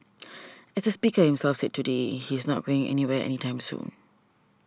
as the speaker himself said today he's not going anywhere any time soon